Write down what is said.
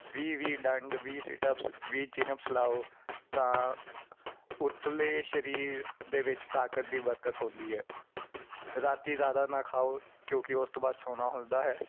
ਵੀਹ ਵੀਹ ਡੰਡ ਵੀਹ ਸੀਟਪਸ ਵੀਹ ਚਿਨਪਸ ਲਾਓ ਤਾਂ ਉਤਲੇ ਸਰੀਰ ਦੇ ਵਿੱਚ ਤਾਕਤ ਦੀ ਬਰਕਤ ਹੁੰਦੀ ਹੈ ਰਾਤੀ ਜ਼ਿਆਦਾ ਨਾ ਖਾਓ ਕਿਉਂਕਿ ਉਸ ਤੋਂ ਬਾਅਦ ਸੋਣਾ ਹੁੰਦਾ ਹੈ